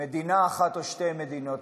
מדינה אחת או שתי מדינות.